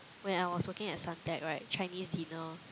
when I was working at Suntec right Chinese dinner